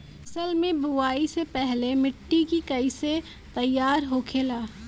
फसल की बुवाई से पहले मिट्टी की कैसे तैयार होखेला?